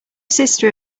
sister